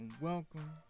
welcome